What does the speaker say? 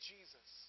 Jesus